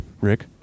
Rick